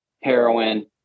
heroin